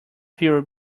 theory